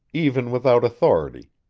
even without authority,